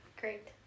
great